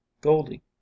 goldie